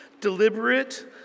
deliberate